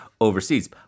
overseas